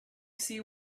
see